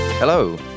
Hello